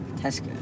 Tesco